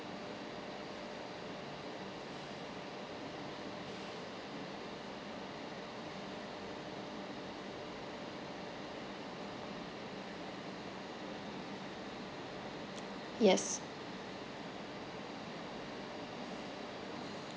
yes